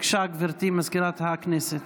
בבקשה, גברתי מזכירת הכנסת.